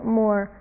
more